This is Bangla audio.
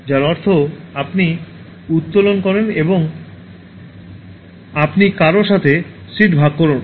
যার অর্থ আপনি উত্তোলন করেন বা আপনি কারও সাথে সিট ভাগ করেন